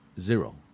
zero